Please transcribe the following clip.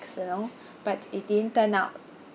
you know but it didn't turn out